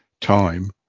time